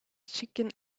chicken